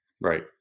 Right